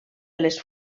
les